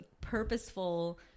purposeful